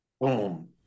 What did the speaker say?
boom